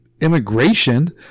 immigration